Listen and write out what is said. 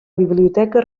biblioteca